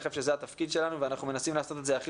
אני חושב שזה התפקיד שלנו ואנחנו מנסים לעשות אותו הכי